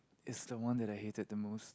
is the one that I hated the most